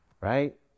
right